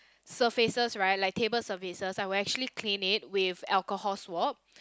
surfaces right like table surfaces I will clean it with alcohol swab